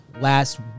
last